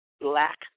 black